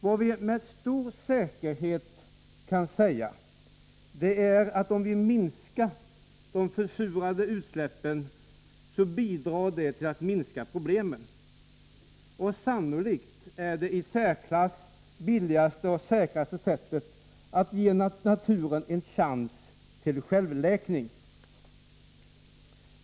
Vad vi med stor säkerhet kan säga är dock följande: Om vi minskar de försurande utsläppen, bidrar det till att reducera problemen. Sannolikt är detta det i särklass billigaste och säkraste sättet att ge naturen en chans till självläkning.